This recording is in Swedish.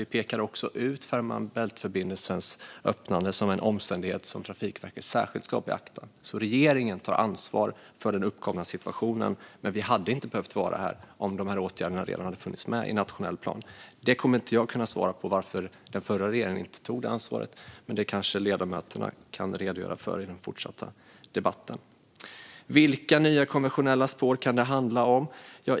Vi pekar också ut Fehmarn Bält-förbindelsens öppnande som en omständighet som Trafikverket särskilt ska beakta. Regeringen tar alltså ansvar för den uppkomna situationen, men vi hade inte behövt vara här om dessa åtgärder redan funnits med i den nationella planen. Jag kan inte svara på varför den förra regeringen inte tog ansvar för detta. Kanske kan ledamöterna redogöra för det i den fortsatta debatten. Vilka nya konventionella spår kan det handla om?